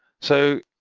so